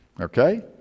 Okay